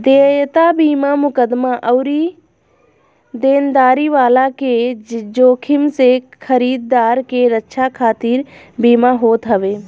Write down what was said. देयता बीमा मुकदमा अउरी देनदारी वाला के जोखिम से खरीदार के रक्षा खातिर बीमा होत हवे